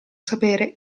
sapere